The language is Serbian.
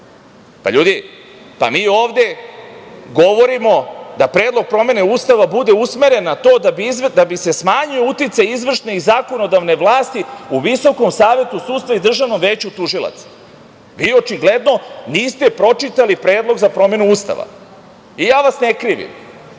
Ljudi, pa mi ovde govorimo da predlog promene Ustava bude usmeren na to da bi se smanjio uticaj izvršne i zakonodavne vlasti u VSS i Državnom veću tužilaca. Vi očigledno niste pročitali Predlog za promenu Ustava. Ja vas ne krivim,